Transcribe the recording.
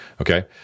Okay